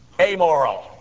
amoral